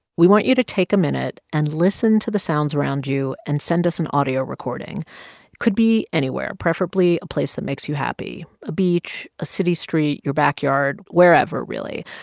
we want you to take a minute and listen to the sounds around you and send us an audio recording. it could be anywhere, preferably a place that makes you happy a beach, a city street, your backyard, wherever really.